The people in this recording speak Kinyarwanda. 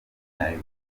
w’umunya